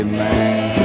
man